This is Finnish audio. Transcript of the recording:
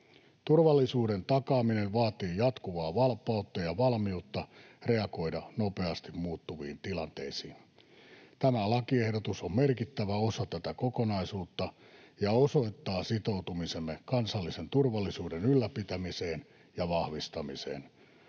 Turvallisuuden takaaminen vaatii jatkuvaa valppautta ja valmiutta reagoida nopeasti muuttuviin tilanteisiin. Tämä lakiehdotus on merkittävä osa tätä kokonaisuutta ja osoittaa sitoutumisemme kansallisen turvallisuuden ylläpitämiseen ja vahvistamiseen.